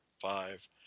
five